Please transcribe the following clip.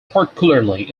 particularly